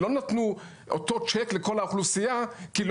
ולא נתנו את אותו צ'ק לכל האוכלוסייה כי לא